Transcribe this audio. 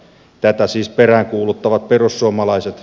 tätä siis peräänkuuluttavat perussuomalaiset